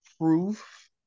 proof